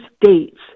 dates